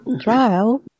Trial